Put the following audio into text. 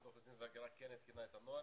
האוכלוסין וההגירה כן התקינה את הנוהל,